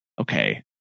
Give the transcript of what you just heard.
okay